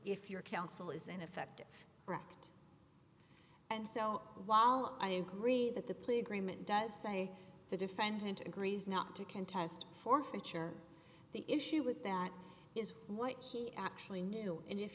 if your counsel is in effect correct and so while i agree that the plea agreement does say the defendant agrees not to contest forfeiture the issue with that is what he actually knew and if